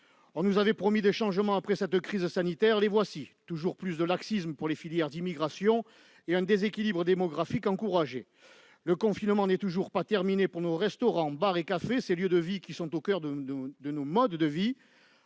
On nous avait promis des changements après cette crise sanitaire, les voici : toujours plus de laxisme pour les filières d'immigration et un déséquilibre démographique encouragé ! Le confinement n'est toujours pas terminé pour nos restaurants, bars et cafés, ces lieux de vie qui sont au coeur de nos modes de vie.